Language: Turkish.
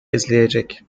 izleyecek